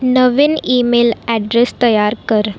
नवीन email address तयार कर